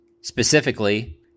specifically –